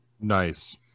Nice